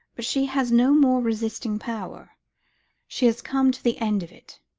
but she has no more resisting power she has come to the end of it